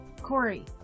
Corey